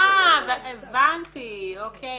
אה, הבנתי, אוקיי.